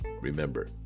Remember